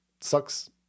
sucks